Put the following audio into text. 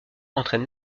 entraîne